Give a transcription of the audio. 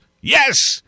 yes